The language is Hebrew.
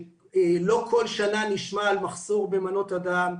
שלא כל שנה נשמע על מחסור במנות הדם.